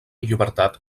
llibertat